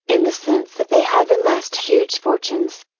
in the sense that they have amassed huge fortunes,